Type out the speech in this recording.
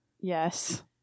yes